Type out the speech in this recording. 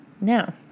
now